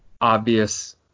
obvious